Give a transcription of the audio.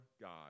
God